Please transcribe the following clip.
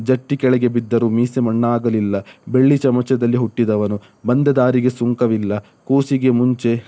ಜಟ್ಟಿ ಕೆಳಗೆ ಬಿದ್ದರೂ ಮೀಸೆ ಮಣ್ಣಾಗಲಿಲ್ಲ ಬೆಳ್ಳಿ ಚಮಚದಲ್ಲಿ ಹುಟ್ಟಿದವನು ಬಂದ ದಾರಿಗೆ ಸುಂಕವಿಲ್ಲ ಕೂಸಿಗೆ ಮುಂಚೆ